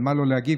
על מה לא להגיב?